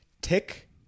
Tick